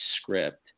script